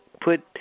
put